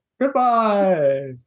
Goodbye